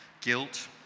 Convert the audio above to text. guilt